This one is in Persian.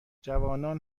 جوانان